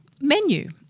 menu